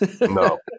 No